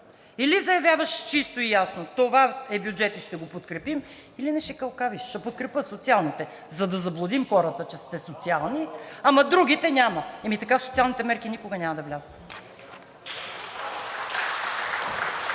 Или заявяваш чисто и ясно: това е бюджет и ще го подкрепим, или не шикалкавиш „ще подкрепя социалните“, за да заблудим хората, че сте социални, „ама другите няма“. Ами така социалните мерки никога няма да влязат.